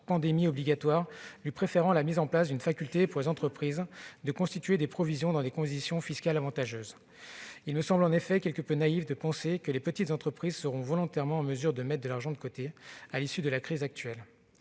pandémie obligatoire, à laquelle il préfère la mise en place d'une faculté pour les entreprises de constituer des provisions à des conditions fiscales avantageuses. En effet, il me semble quelque peu naïf de penser que les petites entreprises seront en mesure de mettre volontairement de l'argent de côté à l'issue de la crise actuelle.